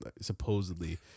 supposedly